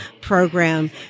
Program